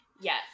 yes